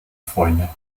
freunde